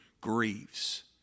grieves